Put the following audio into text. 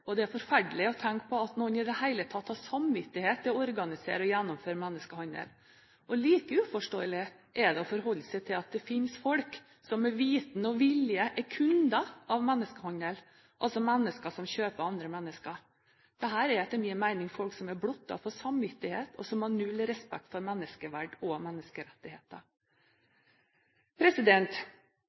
og det er forferdelig å tenke på at noen i det hele tatt har samvittighet til å organisere og gjennomføre menneskehandel. Like uforståelig er det å forholde seg til at det finnes folk som med vitende og vilje er kunder av menneskehandlere – altså mennesker som kjøper andre mennesker. Dette er etter min mening folk som er blottet for samvittighet, og som har null respekt for menneskeverd og menneskerettigheter.